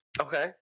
Okay